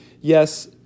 Yes